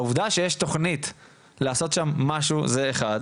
העובדה שיש תכנית לעשות שם משהו זה אחד,